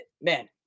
man